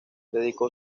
dedicó